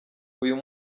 uyu